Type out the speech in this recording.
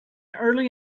early